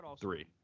Three